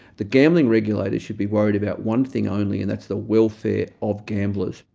the gambling regulator should be worried about one thing only, and that's the welfare of gamblers.